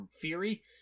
Fury